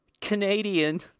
Canadian